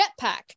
jetpack